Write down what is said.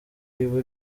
iba